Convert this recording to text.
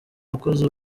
wakoze